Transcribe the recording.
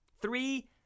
Three